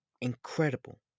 incredible